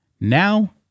Now